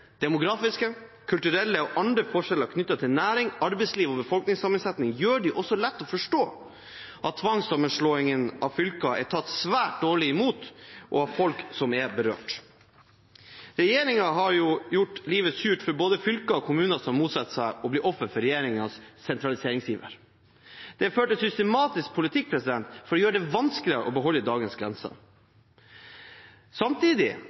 Demografiske, kulturelle og andre forskjeller knyttet til næring, arbeidsliv og befolkningssammensetning gjør det også lett å forstå at tvangssammenslåingen av fylkene er tatt svært dårlig imot av folk som er berørt. Regjeringen har gjort livet surt for både fylker og kommuner som motsetter seg det å bli offer for regjeringens sentraliseringsiver. Det føres systematisk politikk for å gjøre det vanskeligere å beholde dagens grenser. Samtidig